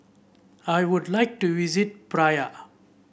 I would like to visit Praia